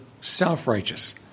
self-righteous